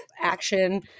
action